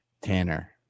Tanner